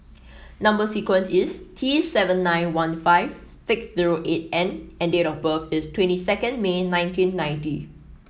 number sequence is T seven nine one five six zero eight N and date of birth is twenty second May nineteen ninety